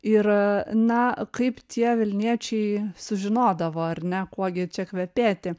ir na kaip tie vilniečiai sužinodavo ar ne kuo gi čia kvepėti